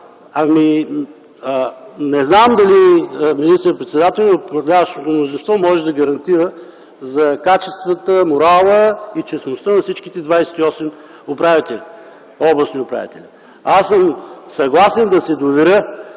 Вас. Не зная дали министър-председателят на управляващото мнозинство може да гарантира за качествата, морала и честността на всичките 28 областни управители. Аз съм съгласен да се доверя